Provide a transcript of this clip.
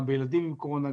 גם בילדים עם קורונה,